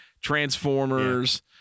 Transformers